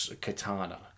katana